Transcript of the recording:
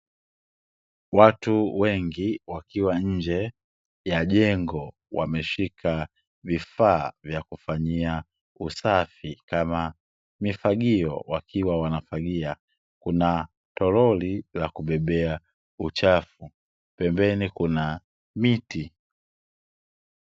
Watu wengi wakiwa nje ya jengo, wameshika vifaa vya kufanyia usafi kama mifagio wakiwanafagia. Kuna toroli la kubebea uchafu, pembeni kuna miti.